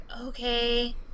okay